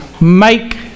make